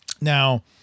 Now